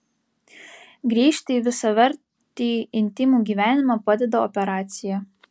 grįžti į visavertį intymų gyvenimą padeda operacija